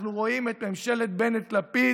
אנחנו רואים את ממשלת בנט-לפיד,